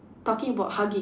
talking about hugging